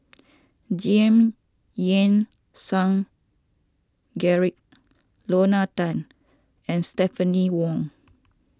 Giam Yean Song Gerald Lorna Tan and Stephanie Wong